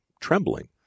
trembling